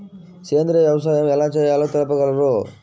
సేంద్రీయ వ్యవసాయం ఎలా చేయాలో తెలుపగలరు?